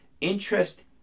interest